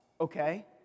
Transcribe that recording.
Okay